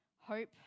Hope